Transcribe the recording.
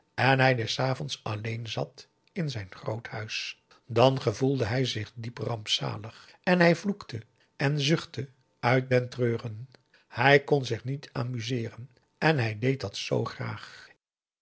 en hij des avonds alleen zat in zijn groot huis dan gevoelde hij zich diep rampzalig en hij vloekte en zuchtte uit den treuren hij kon zich niet amuseeren en hij deed dat zoo graag